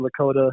Lakota